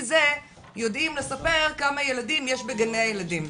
זה יודעים לספר כמה ילדים יש בגני הילדים.